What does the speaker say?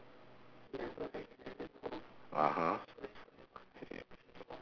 (uh huh)